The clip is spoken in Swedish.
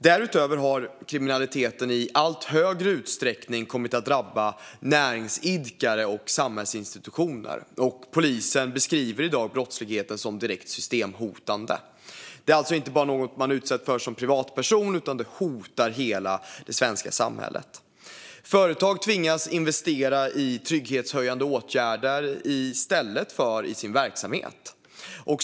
Därutöver har kriminaliteten i allt större utsträckning kommit att drabba näringsidkare och samhällsinstitutioner. Polisen beskriver i dag brottsligheten som direkt systemhotande. Det är alltså inte bara något som man utsätts för som privatperson, utan det hotar hela det svenska samhället. Företag tvingas investera i trygghetshöjande åtgärder i stället för i sin verksamhet.